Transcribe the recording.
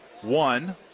One